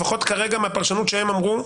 לפי הפרשנות שהם כרגע אמרו,